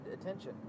attention